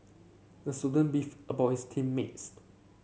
the student beefed about his team mates